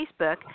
Facebook